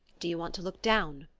do you want to look down?